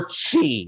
chi